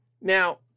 Now